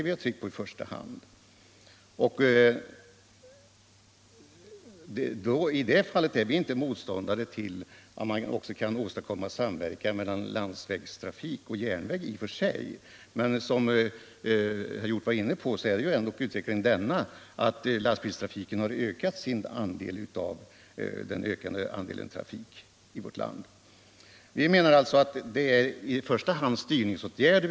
Vi är inte i och för sig motståndare till att man också åstadkommer samverkan mellan landsvägstrafik och järnväg. Men utvecklingen är ändå denna — vilket herr Hjorth var inne på — att lastbilstrafiken har ökat sin andel av trafiken i vårt land. Vi vill alltså i första hand ha till stånd styrningsåtgärder.